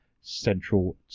Central